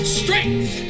strength